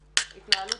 כאלה.